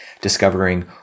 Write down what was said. discovering